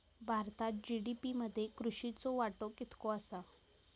भारतात जी.डी.पी मध्ये कृषीचो वाटो कितको आसा?